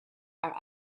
are